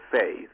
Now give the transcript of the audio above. faith